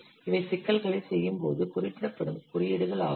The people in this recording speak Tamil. இவை சிக்கல்களைச் செய்யும்போது குறிப்பிடப்படும் குறியீடுகள் ஆகும்